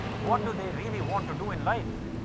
what do they really want to do in life?